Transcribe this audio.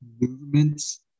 movements